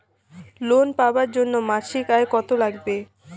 Loan পাবার জন্যে মাসিক আয় কতো লাগবে?